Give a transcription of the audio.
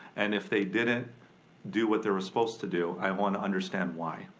and if they didn't do what they were supposed to do, i wanna understand why.